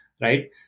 right